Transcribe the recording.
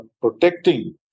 protecting